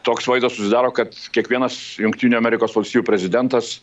toks vaizdas susidaro kad kiekvienas jungtinių amerikos valstijų prezidentas